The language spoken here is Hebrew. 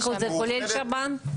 זה כולל שב"ן?